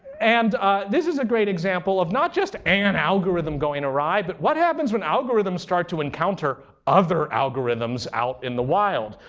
and this is a great example of not just an algorithm going awry, but what happens when algorithms start to encounter other algorithms out in the wild?